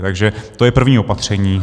Takže to je první opatření.